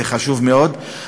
זה חשוב מאוד,